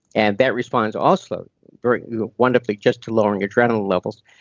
and that responds also very wonderfully just to lowering adrenaline levels,